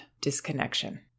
disconnection